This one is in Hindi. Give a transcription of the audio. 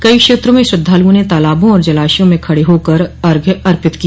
कई क्षेत्रों में श्रद्धालुओं न तलाबों और जलाशयों में खड़े होकर अर्घ्य अर्पित किया